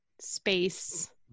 space